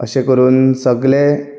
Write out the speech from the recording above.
अशें करून सगले